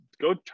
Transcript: Go